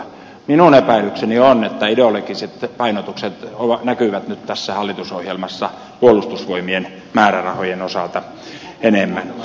minun epäilykseni on että ideologiset painotukset näkyvät nyt tässä hallitusohjelmassa puolustusvoimien määrärahojen osalta enemmän